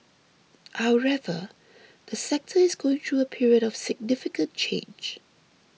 however the sector is going through a period of significant change